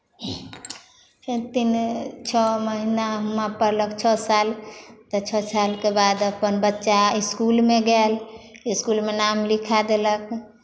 फेर तीन छओ महीना हुआँ पढ़लक छओ साल तऽ छओ सालके बाद अपन बच्चा इसकुलमे गेल इसकुलमे नाम लिखा देलक